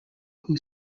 who